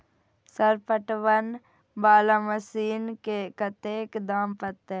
Sir पटवन वाला machine के कतेक दाम परतें?